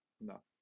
No